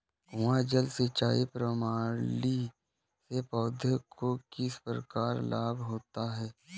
कुआँ जल सिंचाई प्रणाली से पौधों को किस प्रकार लाभ होता है?